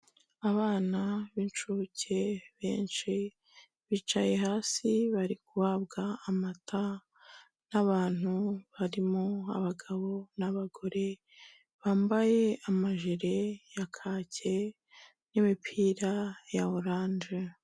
Abana b'incuke benshi, bicaye hasi bari, kubabwa amata n'abantu barimo abagabo n'abagore, bambaye amajile ya kahake n'imipira ya oranje.